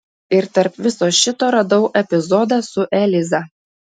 ir tarp viso šito radau epizodą su eliza